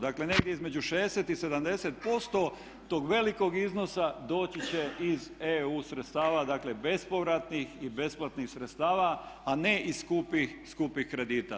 Dakle negdje između 60 i 70% tog velikog iznosa doći će iz EU sredstva, dakle bespovratnih i besplatnih sredstava a ne iz skupih kredita.